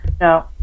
no